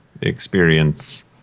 experience